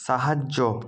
সাহায্য